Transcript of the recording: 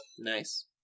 Nice